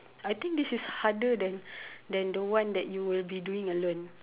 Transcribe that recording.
I think this is harder than than the one that you will be doing alone